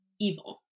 evil